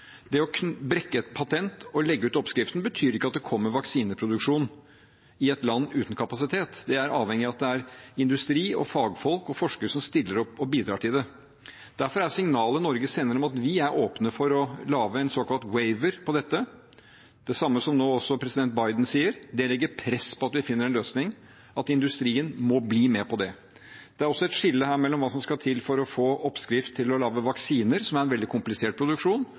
Det å brekke et patent og legge ut oppskriften betyr ikke at det kommer vaksineproduksjon i et land uten kapasitet; det er avhengig av at det er industri og fagfolk og forskere som stiller opp og bidrar til det. Derfor er signalet Norge sender om at vi er åpne for å lage et såkalt «waiver» på dette, det samme som også president Biden nå sier, en måte å legge press på at vi finner en løsning, og at industrien må bli med på det. Det er også et skille her mellom hva som skal til for å få en oppskrift på å lage vaksiner, som er en veldig komplisert produksjon,